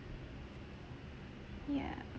ya